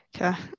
Okay